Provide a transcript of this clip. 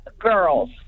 girls